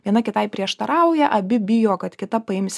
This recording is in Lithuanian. viena kitai prieštarauja abi bijo kad kita paims